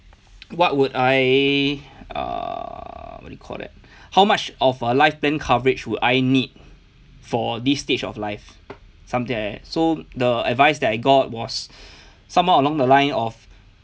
what would I err what you call that how much of a life plan coverage would I need for this stage of life something like that so the advice that I got was somewhere along the line of